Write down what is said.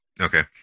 Okay